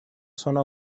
zona